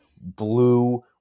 blue